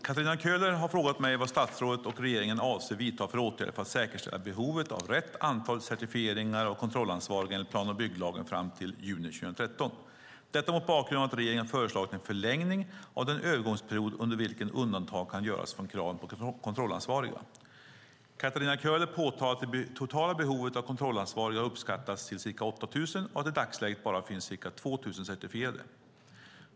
Katarina Köhler har frågat mig vad jag och regeringen avser att vidta för åtgärder för att säkerställa behovet av rätt antal certifieringar av kontrollansvariga enligt plan och bygglagen fram till juni 2013 - detta mot bakgrund av att regeringen föreslagit en förlängning av den övergångsperiod under vilken undantag kan göras från kraven på kontrollansvariga. Katarina Köhler påtalar att det totala behovet av kontrollansvariga har uppskattats till ca 8 000 och att det i dagsläget bara finns ca 2 000 certifierade.